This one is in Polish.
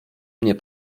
mnie